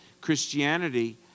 Christianity